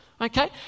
Okay